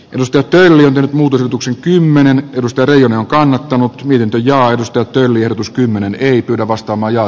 rustotellinen muutos otuksen kymmenen torstai on kannattanut lintuja edustaa tyylierotus kymmenen ei pyydä vastamajaa